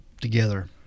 together